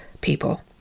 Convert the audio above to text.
people